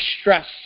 stress